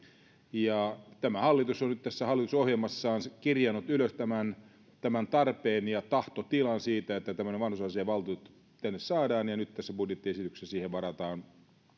ja tämä hallitus on nyt tässä hallitusohjelmassaan kirjannut ylös tämän tämän tarpeen ja tahtotilan siitä että tämmöinen vanhusasiainvaltuutettu tänne saadaan ja nyt tässä budjettiesityksessä siihen varataan